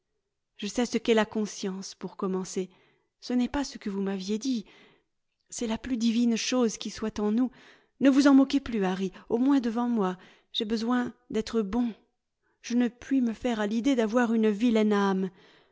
je sais ce qu'est la conscience pour commencer ce n'est pas ce que vous m'aviez dit c'est la plus divine chose qui soit en nous ne vous en moquez plus harry au moins devant moi j'ai besoin d'être bon je ne puis me faire à l'idée d'avoir une vilaine âme